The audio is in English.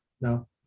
No